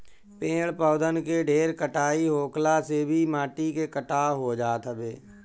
पेड़ पौधन के ढेर कटाई होखला से भी माटी के कटाव हो जात हवे